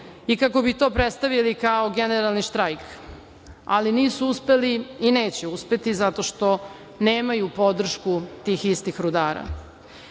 i kako bi to predstavili kao generalni štrajk. Ali, nisu uspeli i neće uspeti zato što nemaju podršku tih istih rudara. Njih